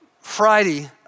Friday